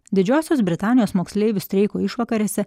didžiosios britanijos moksleivių streiko išvakarėse